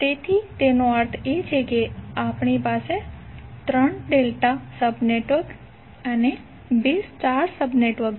તેથી તેનો અર્થ એ છે કે આપણી પાસે 3 ડેલ્ટા સબ નેટવર્ક અને 2 સ્ટાર સબ નેટવર્ક છે